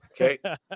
Okay